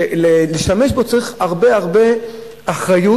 וכדי להשתמש בה צריך הרבה הרבה אחריות,